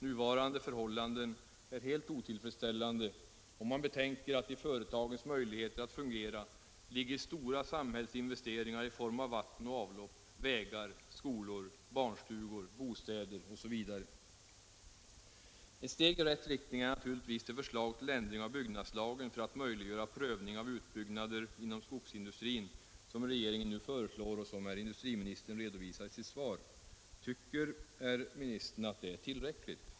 Nuvarande förhållanden är helt otillfredsställande, om man betänker att det för att företagen skall fungera har krävts stora samhällsinvesteringar i form av vatten och avlopp, vägar, skolor, barnstugor, bostäder etc. Ett steg i rätt riktning är naturligtvis det förslag till ändring av byggnadslagen för att möjliggöra prövning av utbyggnader inom skogsindustrin som regeringen nu föreslår och som herr industriministern redovisar i sitt svar. Tycker industriministern att det är tillräckligt?